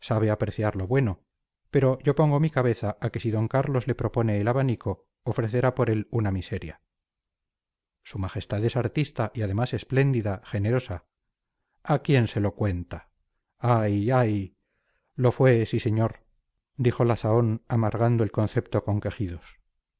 sabe apreciar lo bueno pero yo pongo mi cabeza a que si d carlos le propone el abanico ofrecerá por él una miseria su majestad es artista y además espléndida generosa a quién se lo cuenta ay ay lo fue sí señor dijo la zahón amargando el concepto con quejidos